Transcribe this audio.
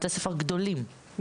בתי ספר גדולים ובפריפריה.